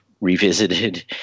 revisited